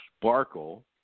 sparkle